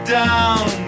down